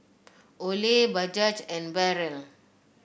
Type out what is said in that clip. Olay Bajaj and Barrel